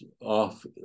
off